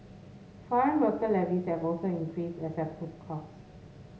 foreign worker levies have also increased as have food costs